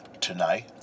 tonight